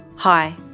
Hi